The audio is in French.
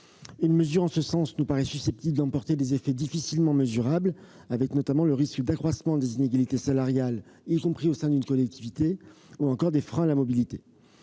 Une mesure en ce sens serait susceptible d'emporter des effets difficilement mesurables, tels qu'un accroissement des inégalités salariales y compris au sein d'une même collectivité, ou encore des freins à la mobilité